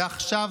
ועכשיו,